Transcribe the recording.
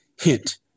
hint